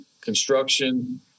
construction